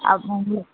அப்புறம் வந்து